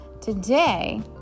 Today